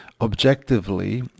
Objectively